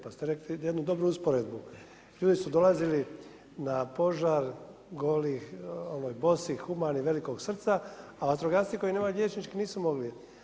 Pa ste rekli jednu dobru usporedbu, ljudi su dolazili na požar, goli, bosi, humani, velikog srca, a vatrogasci koji nemaju liječnički nisu mogli.